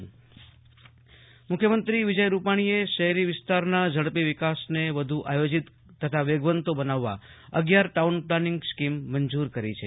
આશુતોષ અંતાણી મુખ્યમંત્રી town planning scheme મુખ્યમંત્રી વિજય રૂપાણીએ શહેરી વિસ્તારના ઝડપી વિકાસને વધુ આયોજિત તથા વેગવંતો બનાવવા અગિયાર ટાઉન પ્લાનિંગ સ્કીમ મંજૂર કરી છે